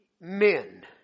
men